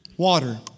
Water